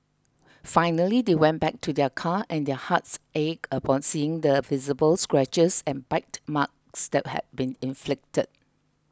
finally they went back to their car and their hearts ached upon seeing the visible scratches and bite marks still had been inflicted